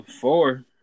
Four